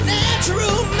natural